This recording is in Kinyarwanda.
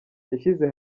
yashyize